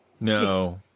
No